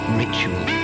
ritual